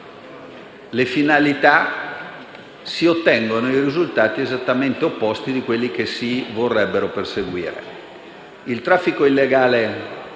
le finalità, si ottengono risultati esattamente opposti rispetto a quelli che si vorrebbero perseguire. Il traffico illegale